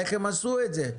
איך הם עשו את זה.